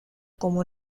como